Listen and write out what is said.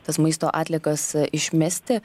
tas maisto atliekas ee išmesti